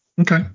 Okay